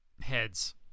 Heads